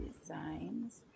Designs